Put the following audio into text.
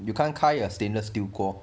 you can't 开 a stainless steel 锅